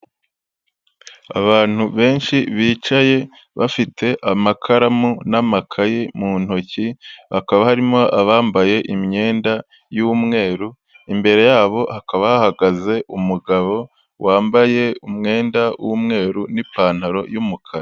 Abantu benshi bicaye bafite amakaramu n'amakayi mu ntoki, bakaba harimo abambaye imyenda y'umweru, imbere yabo hakaba hahagaze umugabo wambaye umwenda w'umweru n'ipantaro y'umukara.